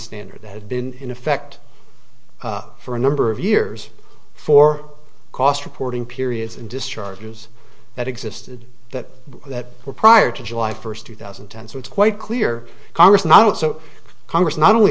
standard that had been in effect for a number of years for cost reporting periods and discharge years that existed that that were prior to july first two thousand and ten so it's quite clear congress not so congress not only